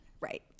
Right